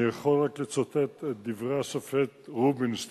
אני יכול רק לצטט את דברי השופט רובינשטיין,